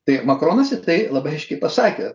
tai makronas į tai labai aiškiai pasakė